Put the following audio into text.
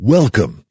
Welcome